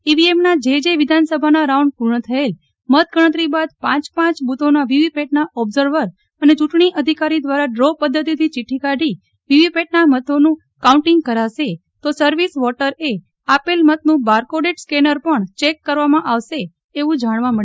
ઈવીએમના જે જે વિધાનસભા રાઉન્ડ પૂર્ણ થયેલ મતગણતરી બાદ પ પ બુથોના વીવીપેટના ઓબ્ઝર્વર અને ચૂંટણી અધિકારી દ્વારા ડ્રો પધ્ધતિથી ચીક્રી કાઢી વીવીપેટના મતોનું કાઉન્ટીંગ કરાશે તો સર્વિસ વોટરએ આપેલ મતનું બારકોડેડ સ્કેનર ચેક કરવામાં આવશે એવું જાણવા મળેલ છે